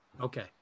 Okay